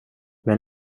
men